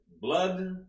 blood